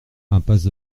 impasse